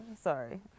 Sorry